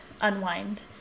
unwind